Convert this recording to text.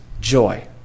joy